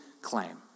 claim